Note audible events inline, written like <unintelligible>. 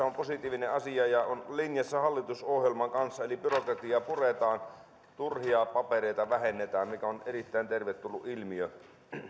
<unintelligible> on positiivinen asia ja on linjassa hallitusohjelman kanssa eli byrokratiaa puretaan turhia papereita vähennetään mikä on erittäin tervetullut ilmiö